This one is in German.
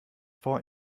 vor